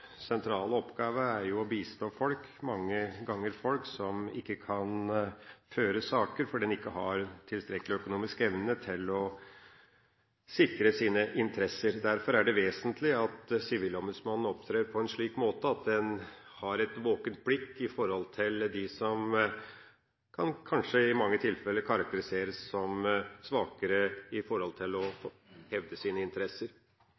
sentrale oppgave, er å bistå folk, mange ganger folk som ikke kan føre saker, fordi en ikke har tilstrekkelig økonomisk evne til å sikre sine interesser. Derfor er det vesentlig at Sivilombudsmannen opptrer på en slik måte at en har et våkent blikk på dem som kanskje i mange tilfeller kan karakteriseres som svakere med hensyn til å hevde sine interesser.